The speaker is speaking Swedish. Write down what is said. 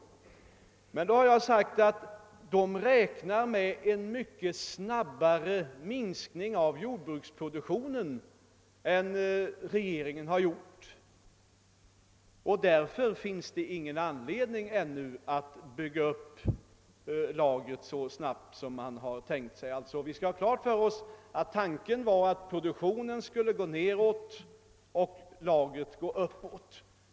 Jordbruksnämnden räknar emellertid med — det har jag också sagt — en mycket snabbare minskning av jordbruksproduktionen än regeringen har gjort, och därför finns det ingen anledning ännu att bygga upp lagret så snabbt som man har tänkt sig. Vi skall ha klart för oss att tanken har varit att produktionen skulle gå nedåt och lagret uppåt.